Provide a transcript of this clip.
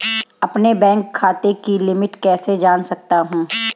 अपने बैंक खाते की लिमिट कैसे जान सकता हूं?